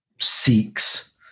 seeks